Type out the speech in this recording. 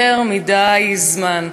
יותר מדי זמן,